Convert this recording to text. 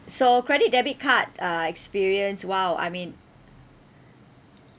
so credit debit card uh experience !wow! I mean